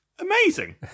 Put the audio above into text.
Amazing